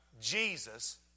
Jesus